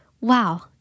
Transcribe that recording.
wow